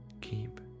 keep